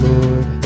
Lord